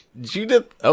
Judith